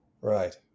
Right